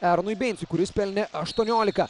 eronui beincui kuris pelnė aštuoniolika